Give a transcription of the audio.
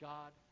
God